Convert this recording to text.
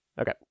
okay